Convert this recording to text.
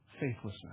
faithlessness